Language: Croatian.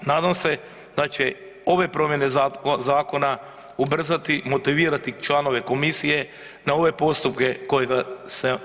Nadam se da će ove promjene zakona ubrzati, motivirati članove komisije na ove postupke koje sam istaknuo.